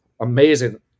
amazing